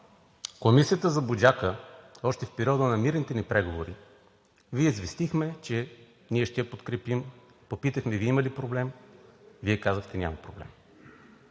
Комисията за „Буджака“ още в периода на мирните ни преговори Ви известихме, че ние ще я подкрепим, попитахме Ви има ли проблем, Вие казахте няма проблем.